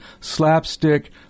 slapstick